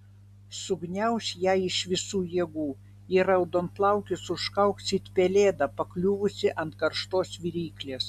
sugniauš ją iš visų jėgų ir raudonplaukis užkauks it pelėda pakliuvusi ant karštos viryklės